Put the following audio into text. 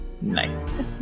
Nice